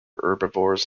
herbivores